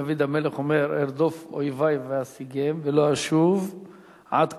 דוד המלך אומר: "ארדוף אויבי ואשיגם ולא אשוב עד כלותם",